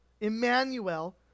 Emmanuel